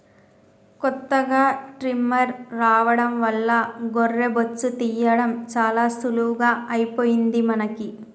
కొత్తగా ట్రిమ్మర్ రావడం వల్ల గొర్రె బొచ్చు తీయడం చాలా సులువుగా అయిపోయింది మనకి